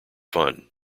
fun